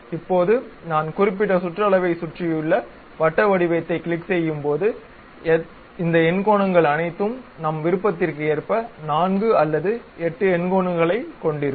இப்போது நான் குறிப்பிட்ட சுற்றளவைச் சுற்றியுள்ள வட்ட வடிவத்தைக் கிளிக் செய்யும் போது இந்த எண்கோணங்கள் அனைத்தும் நம் விருப்பதிற்க்கு எற்ப 4 அல்லது 8 எண்கோணங்களைக் கொண்டிருக்கும்